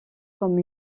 comme